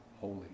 holy